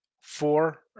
Four